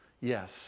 Yes